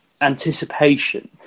anticipation